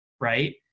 right